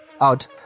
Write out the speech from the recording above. out